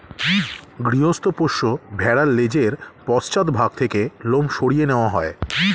গৃহস্থ পোষ্য ভেড়ার লেজের পশ্চাৎ ভাগ থেকে লোম সরিয়ে নেওয়া হয়